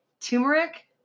Turmeric